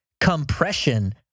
compression